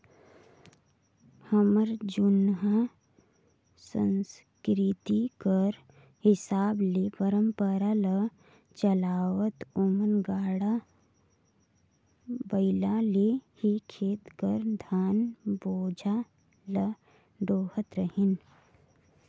हमर जुनहा संसकिरती कर हिसाब ले परंपरा ल चलावत ओमन गाड़ा बइला ले ही खेत कर धान बोझा ल डोहत रहिन